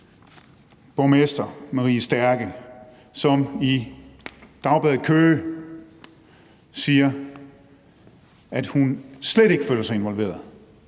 borgmester Marie Stærke, som i Dagbladet Køge siger, at hun slet ikke føler sig involveret.